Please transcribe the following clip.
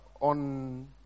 on